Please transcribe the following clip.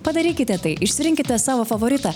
padarykite tai išsirinkite savo favoritą